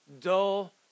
dull